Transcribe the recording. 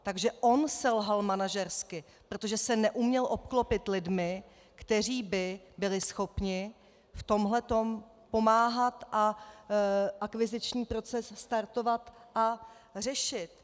Takže on selhal manažersky, protože se neuměl obklopit lidmi, kteří by byli schopni v tomhle pomáhat a akviziční proces startovat a řešit.